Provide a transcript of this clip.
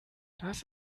das